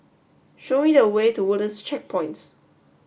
show me the way to Woodlands Checkpoints